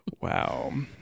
wow